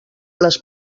les